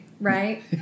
right